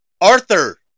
Arthur